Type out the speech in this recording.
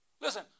Listen